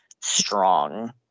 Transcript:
strong